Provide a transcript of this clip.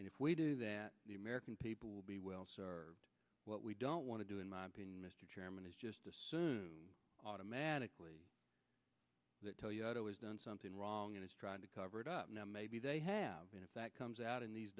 and if we do that the american people will be well served what we don't want to do in my opinion mr chairman is just assume automatically that tell you it was done something wrong and is trying to cover it up now maybe they have been if that comes out in these